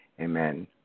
amen